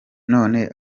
none